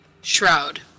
shroud